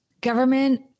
Government